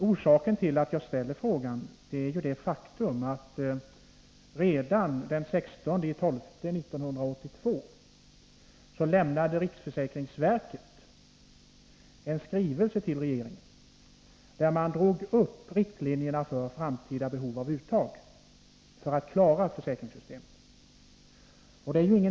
Orsaken till att jag ställde frågan var det faktum att riksförsäkringsverket redan den 16 december 1982 lämnade en skrivelse till regeringen, där man drog upp riktlinjerna för framtida behov av uttag för att klara försäkringssystemet.